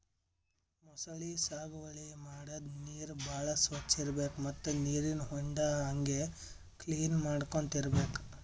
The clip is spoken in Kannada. ಮೊಸಳಿ ಸಾಗುವಳಿ ಮಾಡದ್ದ್ ನೀರ್ ಭಾಳ್ ಸ್ವಚ್ಚ್ ಇರ್ಬೆಕ್ ಮತ್ತ್ ನೀರಿನ್ ಹೊಂಡಾ ಹಂಗೆ ಕ್ಲೀನ್ ಮಾಡ್ಕೊತ್ ಇರ್ಬೆಕ್